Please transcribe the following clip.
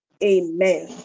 Amen